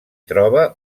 troba